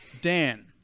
Dan